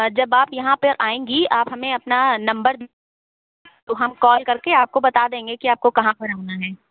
जब आप यहाँ पर आएंगी आप हमें अपना नंबर तो हम कॉल कर के आपको बता देंगे कि आपको कहाँ पर आना है